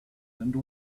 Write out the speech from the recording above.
and